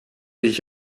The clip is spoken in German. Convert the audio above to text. ich